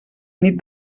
nit